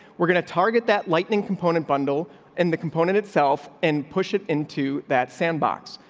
we're gonna target that lightning component bundle and the component itself and push it into that sandbox.